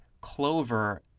Clover